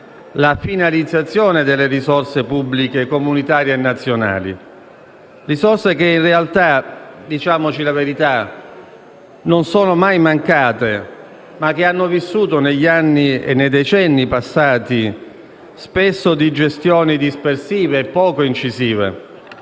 la finalizzazione delle risorse pubbliche comunitarie e nazionali, risorse che in realtà - diciamoci la verità - non sono mai mancate, ma che hanno vissuto spesso, negli anni e nei decenti passati, gestioni dispersive e poco incisive.